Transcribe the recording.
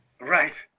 Right